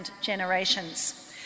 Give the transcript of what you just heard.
generations